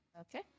Okay